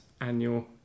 annual